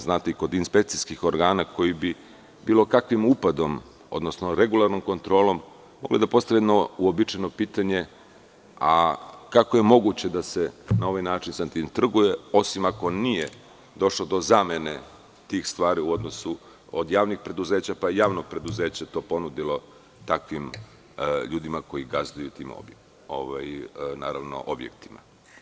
Znate, i kod inspekcijskih organa koji bi bilo kakvim upadom, odnosno regulatornom kontrolom mogli da postave jedno uobičajeno pitanje – a kako je moguće da se na ovaj način sa tim trguje, osim ako nije došlo do zamene tih stvari u odnosu od javnih preduzeća, pa je javno preduzeće to ponudilo takvim ljudima koji gazduju tim objektima.